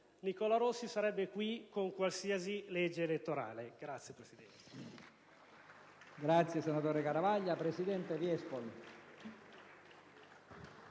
Nicola Rossi sarebbe qui con qualsiasi legge elettorale.